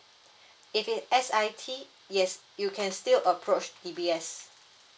if it S_I_T yes you can still approach D_B_S